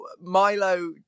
Milo